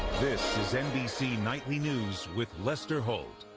this is nbc nightly news with lester holt.